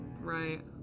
Right